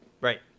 Right